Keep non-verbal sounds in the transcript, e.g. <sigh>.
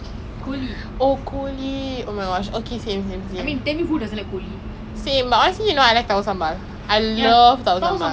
<laughs> I'm so sorry then like two twenty I wake up then shit lah then okay I faster go shower அப்புறம் அம்மா சமைச்சாங்க விரதம்தான்:appurom amma samaichange virathamthaan lah but